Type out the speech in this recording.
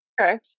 Okay